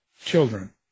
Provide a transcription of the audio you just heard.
children